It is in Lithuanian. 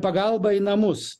pagalba į namus